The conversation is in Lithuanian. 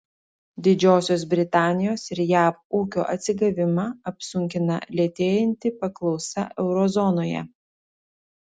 didžiosios britanijos ir jav ūkio atsigavimą apsunkina lėtėjanti paklausa euro zonoje